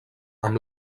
amb